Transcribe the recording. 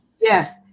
Yes